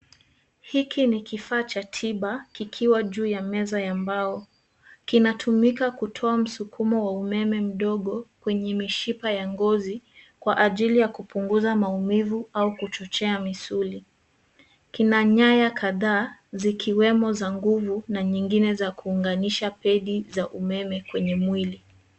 Hiki ni kifaa cha tiba, kikiwa juu ya meza ya mbao. Kinatumika kutoa msukumo wa umeme mdogo kwenye mishipa ya ngozi, kwa ajili ya kupunguza maumivu au kuchochea misuli. Kina nyaya kadhaa, zikiwemo za nguvu na nyingine za kuunganisha pedi za umeme kwenye mwili.